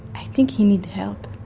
i think he need help